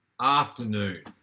afternoon